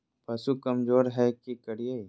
पशु कमज़ोर है कि करिये?